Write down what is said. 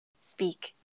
speak